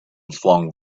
flung